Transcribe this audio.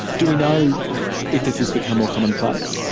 do we know if this has become more commonplace?